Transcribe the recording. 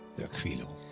the aquilo.